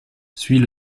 suit